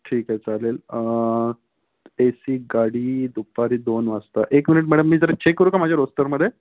ठीक आहे चालेल ए सी गाडी दुपारी दोन वाजता एक मिनिट मॅडम मी जरा चेक करू का माझ्या रोस्टरमध्ये